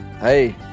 hey